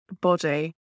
body